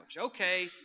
Okay